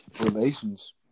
relations